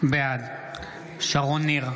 בעד שרון ניר,